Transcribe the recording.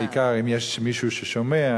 העיקר אם יש מישהו ששומע,